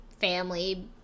family